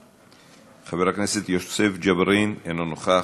נוכח, חבר הכנסת יוסף ג'בארין, אינו נוכח.